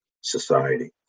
society